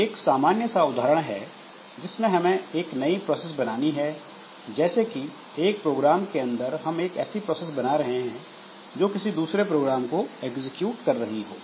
एक सामान्य सा उदाहरण है जिसमें हमें एक नई प्रोसेस बनानी है जैसे कि एक प्रोग्राम के अंदर हम एक ऐसी प्रोसेस बना रहे हैं जो किसी दूसरे प्रोग्राम को एग्जीक्यूट कर रही होगी